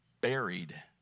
buried